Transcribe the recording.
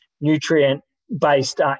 nutrient-based